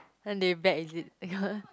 then they bet is it